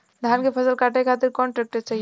धान के फसल काटे खातिर कौन ट्रैक्टर सही ह?